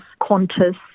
Qantas